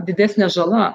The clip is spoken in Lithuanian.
didesnė žala